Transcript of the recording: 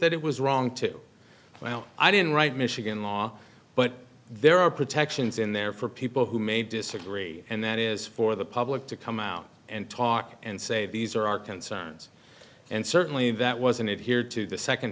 that it was wrong to well i didn't write michigan law but there are protections in there for people who may disagree and that is for the public to come out and talk and say these are our concerns and certainly that wasn't it here too the second